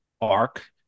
arc